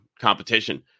competition